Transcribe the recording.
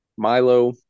Milo